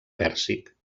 pèrsic